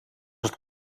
het